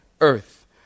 earth